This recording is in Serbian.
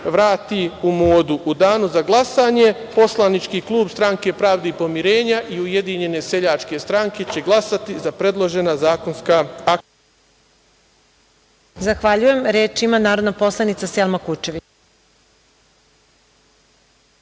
vrati u modu.U danu za glasanje poslanički klub Stranke pravde i pomirenja i Ujedinjene seljačke stranke će glasati za predložena zakonska akta.